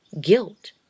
Guilt